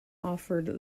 offered